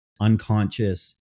unconscious